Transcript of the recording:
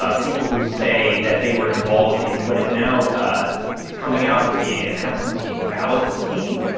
ah people who say that they were involved in what is now coming out to be an absentee ballot scheme,